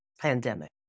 pandemic